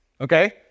okay